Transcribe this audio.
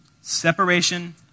separation